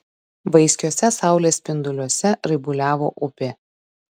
vaiskiuose saulės spinduliuose raibuliavo upė